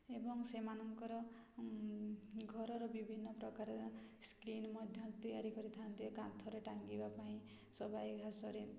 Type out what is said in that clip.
ଏବଂ ସେମାନଙ୍କର ଘରର ବିଭିନ୍ନ ପ୍ରକାର ସ୍କ୍ରିନ୍ ମଧ୍ୟ ତିଆରି କରିଥାନ୍ତି କାନ୍ଥରେ ଟାଙ୍ଗିବା ପାଇଁ ସବାଇ ଘାସରେ